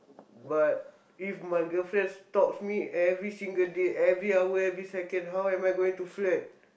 but if my girlfriend stalks me every single day every hour every second how am I going to flirt